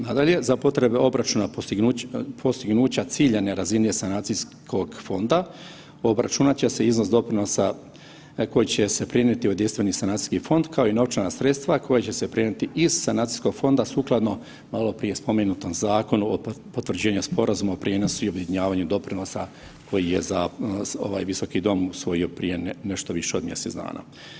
Nadalje, za potrebe obračuna postignuća ciljane razine sanacijskog fonda obračunat će se iznos doprinosa na koji će se prenijeti jedinstveni sanacijski fond kao i novčana sredstva koja će se prenijeti iz sanacijskog fonda sukladno, maloprije spomenutom Zakonu o potvrđenju sporazuma o prijenosu i objedinjavanju doprinosa koji je za ovaj visoki dom usvojio prije nešto više od mjesec dana.